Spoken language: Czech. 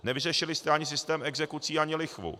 Nevyřešili jste ani systém exekucí, ani lichvu.